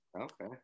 Okay